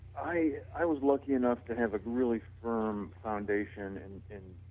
i i was looking enough to have a really firm foundation in